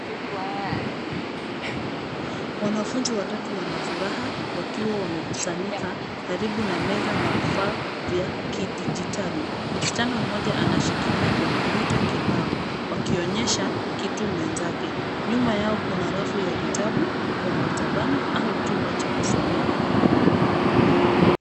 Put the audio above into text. Wanafunzi watatu wana furaha wakiwa wamekusanyika karibu na meza na vifaa vya kidijitali. Msichana mmoja anashikilia kompyuta kibao wakionyesha kitu mwenzake. Nyuma yao kuna rafu ya vitabu, wako maktabani au chumba cha kusomea.